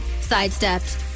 sidestepped